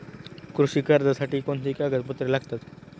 कृषी कर्जासाठी कोणती कागदपत्रे लागतात?